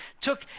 took